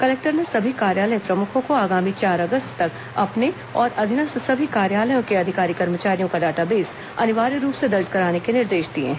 collector ने सभी कार्यालय प्रमुखों को आगामी चार अगस्त तक अपने और अधीनस्थ सभी कार्यालयों के अधिकारी कर्मचारियों का डाटाबेस अनिवार्य रूप से दर्ज कराने के निर्देश दिए है